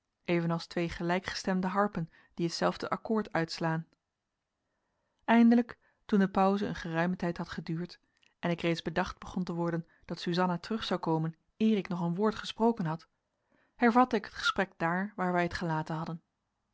evenals twee gelijkgestemde harpen die hetzelfde akkoord uitslaan eindelijk toen de pauze een geruimen tijd had geduurd en ik reeds bedacht begon te worden dat suzanna terug zou komen eer ik nog een woord gesproken had hervatte ik het gesprek daar waar wij het gelaten hadden